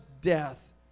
death